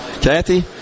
Kathy